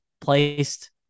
placed